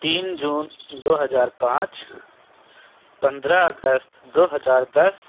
تین جون دو ہزار پانچ پندرہ اگست دو ہزار دس